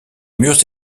murs